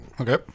Okay